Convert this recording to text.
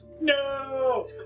No